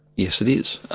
yes, it is,